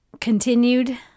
continued